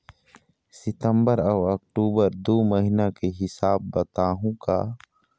सितंबर अऊ अक्टूबर दू महीना के हिसाब बताहुं का?